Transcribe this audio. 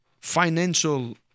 financial